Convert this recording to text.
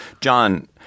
John